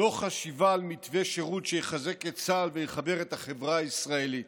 לא חשיבה על מתווה שירות שיחזק את צה"ל ויחבר את החברה הישראלית.